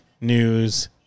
news